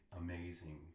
amazing